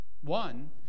one